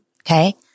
okay